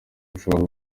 bushobora